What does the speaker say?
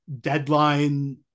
deadline